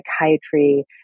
psychiatry